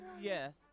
Yes